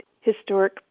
Historic